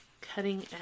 cutting